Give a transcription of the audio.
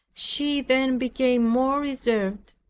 she then became more reserved,